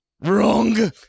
Wrong